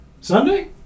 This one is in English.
Sunday